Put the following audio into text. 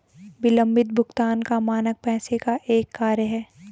विलम्बित भुगतान का मानक पैसे का एक कार्य है